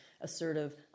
assertive